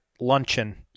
luncheon